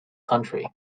country